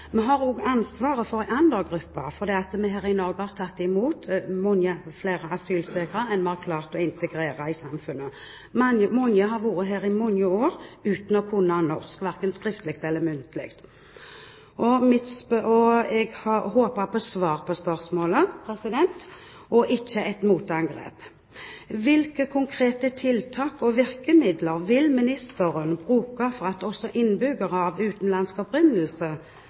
Vi har også ansvaret for en annen gruppe: I Norge har vi tatt imot mange flere asylsøkere enn vi har klart å integrere i samfunnet. Mange har vært her i mange år uten å kunne norsk, verken skriftlig eller muntlig. Jeg håper på svar på spørsmålet, og ikke et motangrep. Hvilke konkrete tiltak og virkemidler vil ministeren ta i bruk for at også innbyggere med utenlandsk opprinnelse